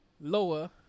lower